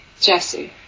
Jesse